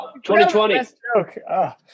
2020